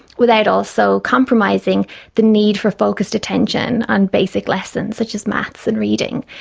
without also compromising the need for focused attention on basic lessons such as maths and reading.